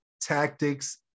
tactics